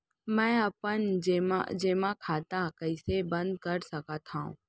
मै अपन जेमा खाता कइसे बन्द कर सकत हओं?